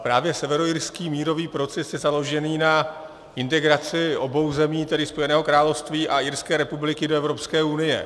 Právě severoirský mírový proces je založen na integraci obou zemí, tedy Spojeného království a Irské republiky, do Evropské unie.